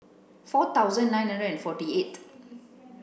four thousand nine hundred and forty eighth